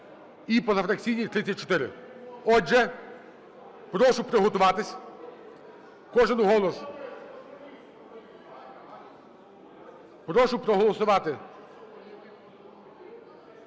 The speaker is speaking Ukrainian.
і позафракційні – 34. Отже, прошу приготуватись, кожен голос. Прошу проголосувати.